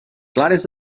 clares